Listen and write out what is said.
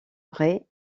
braye